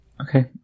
Okay